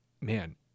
man